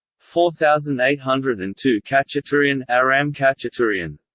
four thousand eight hundred and two khatchaturian um khatchaturian